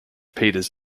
peters